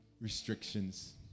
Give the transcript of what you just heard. Restrictions